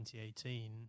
2018